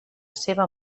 seva